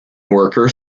worker